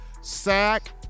sack